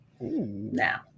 Now